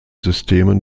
systemen